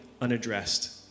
unaddressed